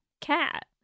Cat